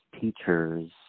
teachers